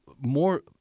more